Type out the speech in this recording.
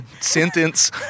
sentence